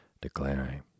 declaring